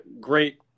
great